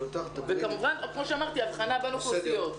ש --- וכמובן כמו שאמרתי אבחנה בין אוכלוסיות.